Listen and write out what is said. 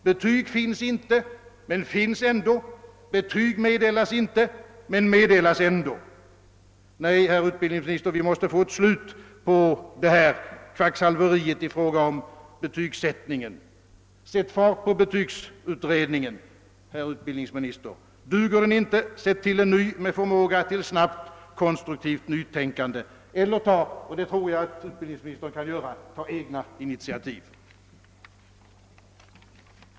Betyg finns inte, men de finns ändå; betyg meddelas inte, men meddelas ändå. Nej, herr utbildningsminister, vi måste få ett slut på detta kvacksalveri i fråga om betygsättningen. Sätt fart på betygsutredningen, herr utbildningsminister! Duger den inte, sätt då till en ny med förmåga till snabbt, konstruktivt nytänkande eller ta egna initiativ. Det tror jag att utbildningsministern kan göra.